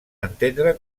entendre